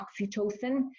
oxytocin